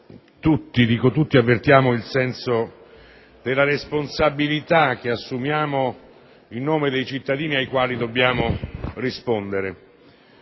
tutti, avvertiamo il senso della responsabilità che assumiamo in nome dei cittadini, ai quali dobbiamo rispondere.